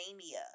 mania